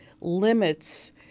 limits